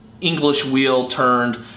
English-wheel-turned